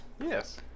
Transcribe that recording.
Yes